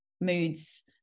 moods